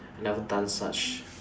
I never done such